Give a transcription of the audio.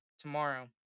tomorrow